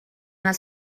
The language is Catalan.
els